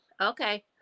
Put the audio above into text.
Okay